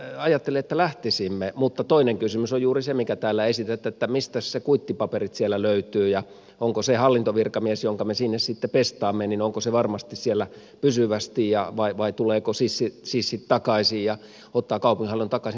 mielelläni ajattelen että lähtisimme mutta toinen kysymys on juuri se mikä täällä esitettiin että mistäs ne kuittipaperit siellä löytyvät ja onko se hallintovirkamies jonka me sinne sitten pestaamme varmasti siellä pysyvästi vai tulevatko sissit takaisin ja ottavat kaupungin hallinnan takaisin